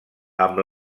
amb